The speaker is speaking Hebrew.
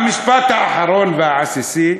המשפט האחרון והעסיסי: